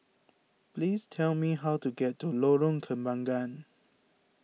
please tell me how to get to Lorong Kembangan